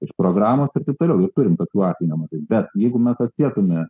iš programos ir taip toliau turim tokių atvejų nemažai bet jeigu mes atspėtume